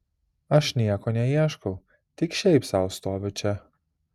aš nieko neieškau tik šiaip sau stoviu čia